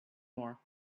more